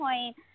point